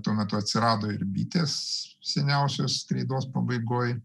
tuo metu atsirado ir bitės seniausios kreidos pabaigoj